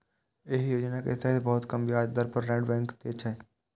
एहि योजना के तहत बहुत कम ब्याज दर पर बैंक ऋण दै छै